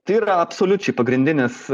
tai yra absoliučiai pagrindinis